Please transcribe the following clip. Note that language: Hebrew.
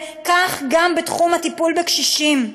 כך גם בתחום הטיפול בקשישים.